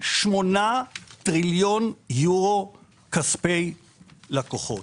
8 טריליון יורו כספי לקוחות.